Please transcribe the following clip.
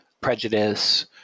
prejudice